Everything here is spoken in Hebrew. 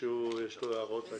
למישהו יש הערות?